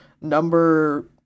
number